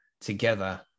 together